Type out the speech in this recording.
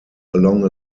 along